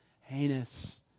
heinous